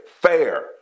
Fair